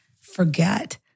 forget